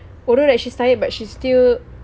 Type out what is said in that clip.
although that she's tired but she still